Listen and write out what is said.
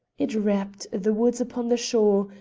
it wrapped the woods upon the shore,